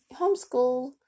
homeschool